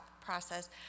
process